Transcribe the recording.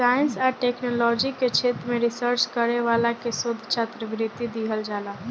science आ technology के क्षेत्र में रिसर्च करे वाला के शोध छात्रवृत्ति दीहल जाला